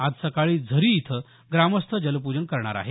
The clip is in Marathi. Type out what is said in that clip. आज सकाळी झरी इथं ग्रामस्थ जलपूजन करणार आहेत